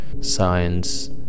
science